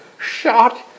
shot